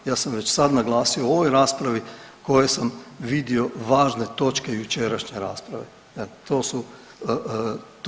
Ja sam već sad naglasio u ovoj raspravi koje sam vidio važne točke jučerašnje rasprave, jel.